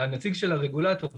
הנציג של הרגולטור פה,